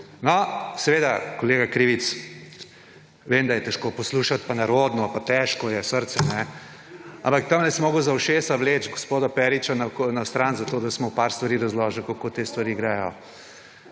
No, seveda … Kolega Krivec, vem, da je težko poslušati, pa nerodno, pa težko je srce. Ampak tamle si moral za ušesa vleči gospoda Periča na stran zato, da si mu par stvari razložil, kako te stvari grejo.